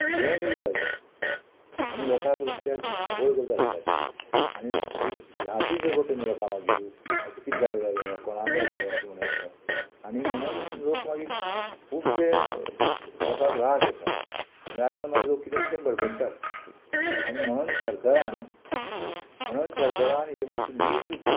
कितेंय न्यूज घालता आनी लोकांक बेश्टे धांवपळ करता लोकाची आनी बरी बिराती पय पडटली न्हू लोकां मागीर अशें कित जाले कांय कोणाकाय अशें म्हण जाता आनी म्हणून लोक मागीर खुबशे लोकांक राग येता आनी रागान मागीर लोक कितें कितें बडबडटा आनी म्हणून सरकारान म्हणून सरकारान ही मातसो नीट